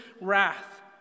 wrath